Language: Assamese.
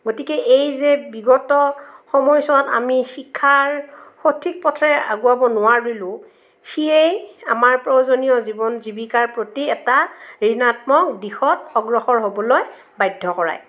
গতিকে এই যে বিগত সময়ছোৱাত আমি শিক্ষাৰ সঠিক পথেৰে আগুৱাব নোৱাৰিলোঁ সিয়ে আমাৰ প্ৰয়োজনীয় জীৱন জীৱিকাৰ প্ৰতি এটা ঋনাত্মক দিশত অগ্ৰসৰ হ'বলৈ বাধ্য কৰায়